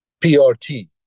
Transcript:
PRT